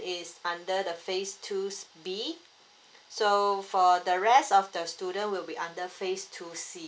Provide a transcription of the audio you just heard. is under the phase two s~ B so for the rest of the student will be under phase two C